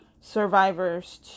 survivors